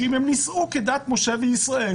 שאם הן נישאו כדת משה וישראל,